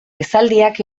esaldiak